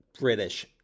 British